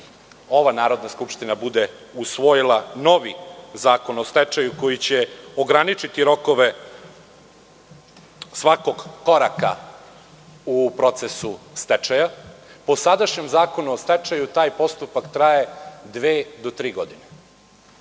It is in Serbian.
ova Narodna skupština bude usvojila novi Zakon o stečaju koji će ograničiti rokove svakog koraka u procesu stečaja, po sadašnjem Zakonu o stečaju taj postupak traje dve do tri godine.